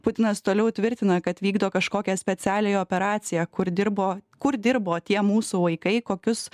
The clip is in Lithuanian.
putinas toliau tvirtina kad vykdo kažkokią specialiąją operaciją kur dirbo kur dirbo tie mūsų vaikai kokius